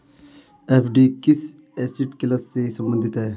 FD किस asset class से संबंधित है?